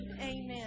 amen